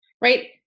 right